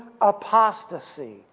apostasy